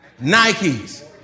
Nikes